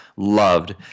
loved